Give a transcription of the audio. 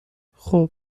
خوب